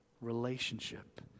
relationship